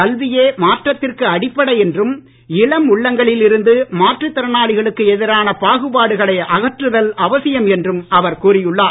கல்வியே மாற்றத்திற்கு அடிப்படை என்றும் இளம் உள்ளங்களில் இருந்து மாற்று திறனாளிகளுக்கு எதிரான பாகுபாடுகளை அகற்றுதல் அவசியம் என்றும் அவர் கூறியுள்ளார்